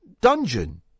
Dungeon